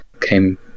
came